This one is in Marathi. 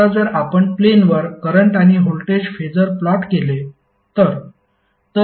आता जर आपण प्लेनवर करंट आणि व्होल्टेज फेसर प्लॉट केले तर